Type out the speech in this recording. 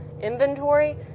inventory